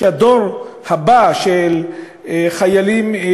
שהדור הבא של החיילים,